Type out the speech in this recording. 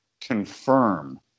confirm